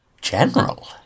General